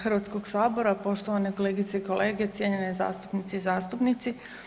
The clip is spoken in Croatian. HS, poštovane kolegice i kolege, cijenjene zastupnice i zastupnici.